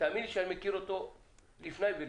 תאמין לי שאני מכיר אותו לפני ולפנים,